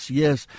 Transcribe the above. yes